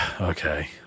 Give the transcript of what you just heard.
okay